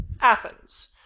Athens